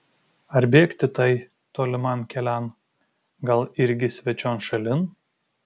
ar bėgti tai toliman kelian gal irgi svečion šalin